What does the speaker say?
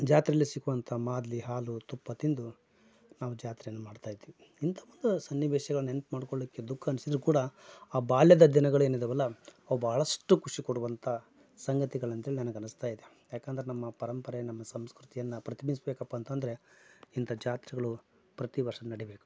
ಜಾತ್ರೆಯಲ್ಲಿ ಸಿಗುವಂಥ ಮಾದಲಿ ಹಾಲು ತುಪ್ಪ ತಿಂದು ನಾವು ಜಾತ್ರೆಯನ್ನು ಮಾಡ್ತಾಯಿದ್ವಿ ಇಂತ ಒಂದು ಸನ್ನಿವೇಶಗಳು ನೆನಪು ಮಾಡ್ಕೊಳೋಕೆ ದುಃಖ ಅನ್ಸಿದ್ದರೂ ಕೂಡ ಆ ಬಾಲ್ಯದ ದಿನಗಳು ಏನಿದ್ದಾವಲ್ಲ ಅವು ಬಹಳಷ್ಟು ಖುಷಿ ಕೊಡುವಂಥ ಸಂಗತಿಗಳಂತೇಳಿ ನನಗೆ ಅನಸ್ತಾಯಿದೆ ಯಾಕಂದರೆ ನಮ್ಮ ಪರಂಪರೆಯನ್ನ ನಮ್ಮ ಸಂಸ್ಕೃತಿಯನ್ನ ಪ್ರತಿಬಿಂಬಿಸಬೇಕಪ್ಪ ಅಂತಂದರೆ ಇಂಥ ಜಾತ್ರೆಗಳು ಪ್ರತಿವರ್ಷ ನಡಿಯಬೇಕು